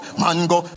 mango